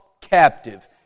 captive